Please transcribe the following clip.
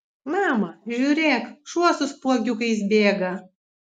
mama žiūrėk šuo su spuogiukais bėga